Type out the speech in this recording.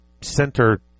center